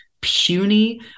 puny